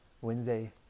Wednesday